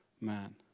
man